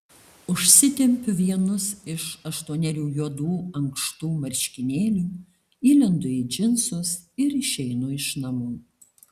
užsitempiu vienus iš aštuonerių juodų ankštų marškinėlių įlendu į džinsus ir išeinu iš namų